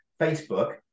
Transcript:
Facebook